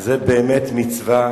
זה באמת מצווה,